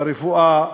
ברפואה,